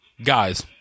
Guys